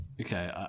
Okay